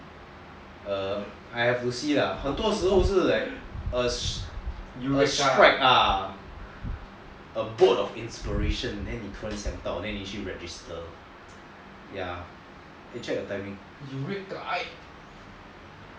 err I have to see ah 很多时候是 like a strike ah a boat of inspiration then 你突然想到 then 你去 register you check the timing